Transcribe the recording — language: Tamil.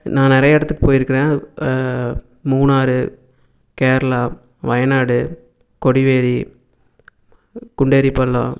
நான் நிறைய இடத்துக்கு போயிருக்கிறேன் மூணாரு கேரளா வயநாடு கொடிவேரி குண்டேரிப்பள்ளம்